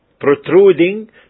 Protruding